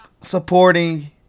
supporting